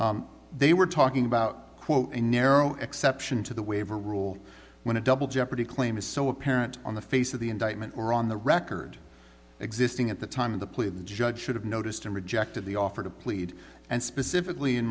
see they were talking about quote a narrow exception to the waiver rule when a double jeopardy claim is so apparent on the face of the indictment or on the record existing at the time of the plea the judge should have noticed and rejected the offer to plead and specifically in